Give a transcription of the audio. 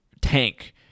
tank